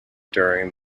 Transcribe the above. during